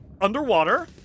underwater